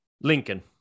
Lincoln